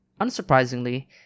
Unsurprisingly